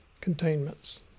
containments